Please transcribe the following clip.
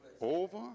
over